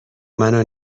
منو